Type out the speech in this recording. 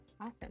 Awesome